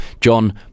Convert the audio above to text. John